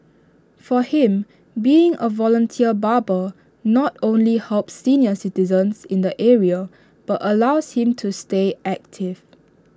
for him being A volunteer barber not only helps senior citizens in the area but allows him to stay active